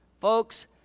folks